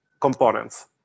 components